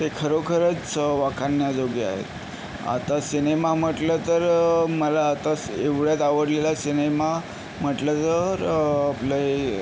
ते खरोखरच वाखाणण्याजोगे आहेत आता सिनेमा म्हटलं तर मला आतास एवढ्यात आवडलेला सिनेमा म्हटलं तर आपलं हे